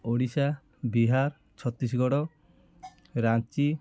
Odisha Bihar Chhattisgarh Ranchi